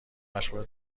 مشغول